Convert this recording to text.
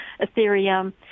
Ethereum